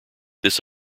this